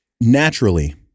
naturally